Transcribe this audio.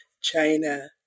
China